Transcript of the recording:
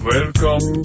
Welcome